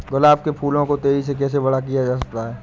गुलाब के फूलों को तेजी से कैसे बड़ा किया जा सकता है?